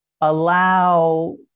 allow